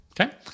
okay